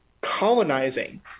colonizing